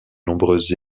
nombreuses